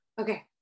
Okay